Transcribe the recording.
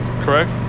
correct